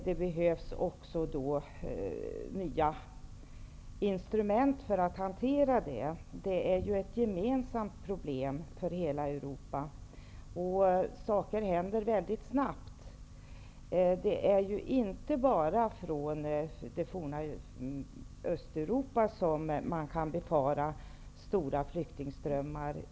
Det behövs därför nya instrument för att hantera dessa saker. Det är ett problem som är gemensamt för hela Europa. Saker händer väldigt snabbt. Det är ju inte bara från det forna Östeuropa som man kan befara stora flyktingströmmar.